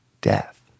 death